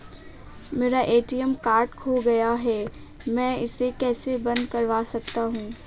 मेरा ATM card खो गया है मैं इसे कैसे बंद करवा सकता हूँ?